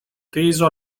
teso